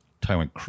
Taiwan